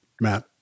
matt